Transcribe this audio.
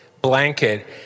blanket